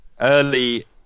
early